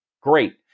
Great